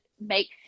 make